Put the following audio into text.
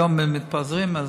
היום מתפזרים,